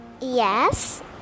Yes